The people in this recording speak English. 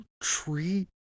tree